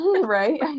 Right